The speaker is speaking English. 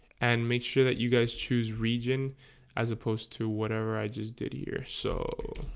and make sure that you guys choose region as opposed to whatever. i just did here so